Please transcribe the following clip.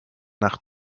nach